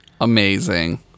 Amazing